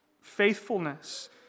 faithfulness